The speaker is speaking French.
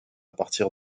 partir